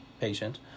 patient